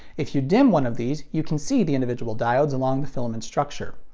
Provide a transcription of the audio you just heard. if you dim one of these, you can see the individual diodes along the filament's structure.